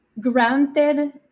Granted